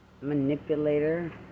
manipulator